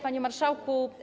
Panie Marszałku!